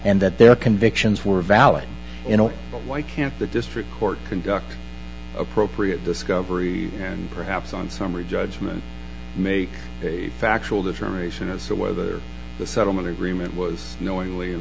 and that their convictions were valid in all but why can't the district court conduct appropriate discovery and perhaps on summary judgment make a factual determination as to whether the settlement agreement was knowingly and